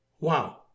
Wow